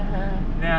mmhmm